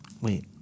Wait